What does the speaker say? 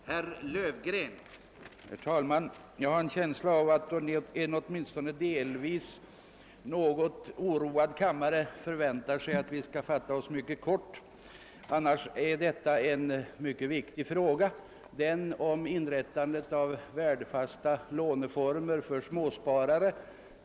Herr talman! Jag har en känsla av att en åtminstone delvis något oroad kammare förväntar sig att vi skall fatta oss mycket kort. Annars är detta en mycket viktig fråga — den om inrättandet av värdefasta låneformer för småsparare.